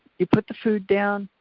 you put the food down,